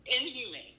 Inhumane